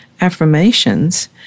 affirmations